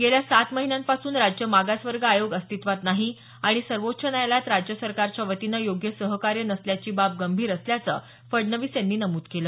गेल्या सात महिन्यांपासून राज्य मागासवर्ग आयोग अस्तित्त्वात नाही आणि सर्वोच्च न्यायालयात राज्य सरकारच्या वतीनं योग्य सहकार्य नसल्याचीही बाब गंभीर असल्याचं फडणवीस यांनी नमूद केलं